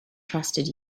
trusted